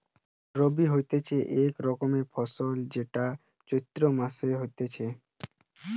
রবি হতিছে এক রকমের ফসল যেইটা চৈত্র মাসে হতিছে